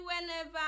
whenever